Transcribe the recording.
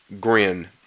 grin